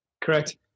Correct